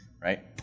right